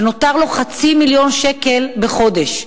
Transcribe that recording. ונותר לו חצי מיליון שקל בחודש?